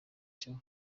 cya